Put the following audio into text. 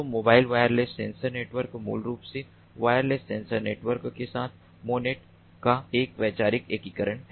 तो mobile wireless sensor network मूल रूप से वायरलेस सेंसर नेटवर्क के साथ मैनेट का एक वैचारिक एकीकरण है